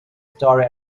story